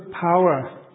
power